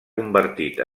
convertit